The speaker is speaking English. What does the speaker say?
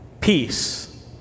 Peace